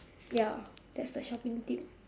ya that's the shopping tip